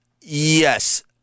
Yes